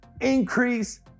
increase